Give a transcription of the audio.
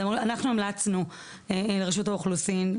אנחנו המלצנו לרשות האוכלוסין,